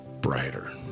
brighter